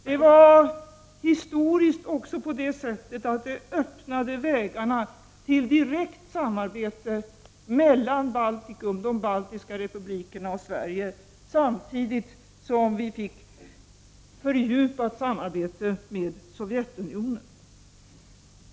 Det var historiskt också på det sättet att det öppnade vägarna till direkt samarbete mellan de baltiska republikerna och Sverige, samtidigt som vi fick fördjupat samarbete med Sovjetunionen.